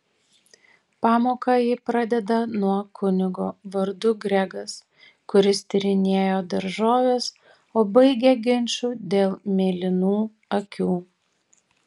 pamoką ji pradeda nuo kunigo vardu gregas kuris tyrinėjo daržoves o baigia ginču dėl mėlynų akių